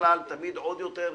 תמיד עוד יותר.